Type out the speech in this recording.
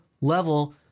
level